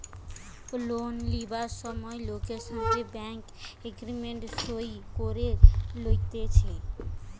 loan লিবার সময় লোকের সাথে ব্যাঙ্ক এগ্রিমেন্ট সই করে লইতেছে